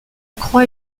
croix